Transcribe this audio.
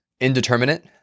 indeterminate